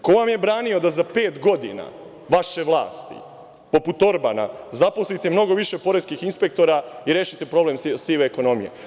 Ko vam je branio da za pet godina vaše vlasti, poput Orbana, zaposlite mnogo više poreskih inspektora i rešiti problem sive ekonomije.